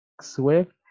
Swift